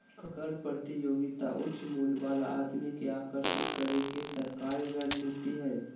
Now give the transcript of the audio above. कर प्रतियोगिता उच्च मूल्य वाला आदमी के आकर्षित करे के सरकारी रणनीति हइ